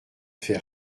fait